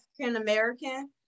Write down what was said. African-American